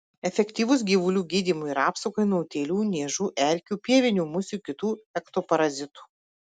efektyvus gyvulių gydymui ir apsaugai nuo utėlių niežų erkių pievinių musių kitų ektoparazitų